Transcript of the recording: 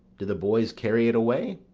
do the boys carry it away?